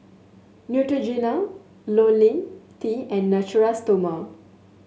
Neutrogena LoniL T and Natura Stoma